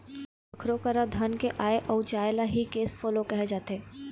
कखरो करा धन के आय अउ जाय ल ही केस फोलो कहे जाथे